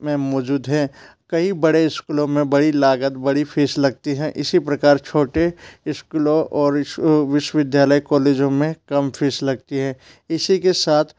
में मौजूद है कई बड़े स्कूलों में बड़ी लागत बड़ी फ़ीस लगती है इसी प्रकार छोटे स्कूलों और विश्वविद्यालय कॉलेजों में कम फ़ीस लगती है इसी के साथ